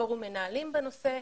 פורום מנהלים בנושא.